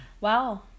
wow